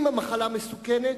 אם המחלה מסוכנת,